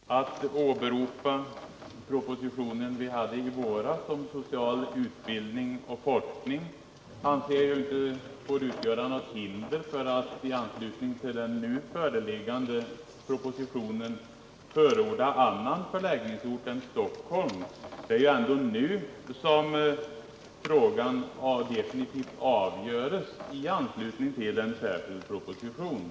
Herr talman! Att vi hade en proposition i våras om social utbildning och forskning anser jag inte får utgöra något hinder för att i anslutning till den nu föreliggande propositionen förorda annan förläggningsort än Stockholm. Det är ju ändå nu som frågan definitivt avgörs i anledning av en särskild proposition.